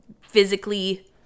physically